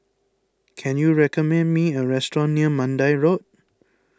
can you recommend me a restaurant near Mandai Road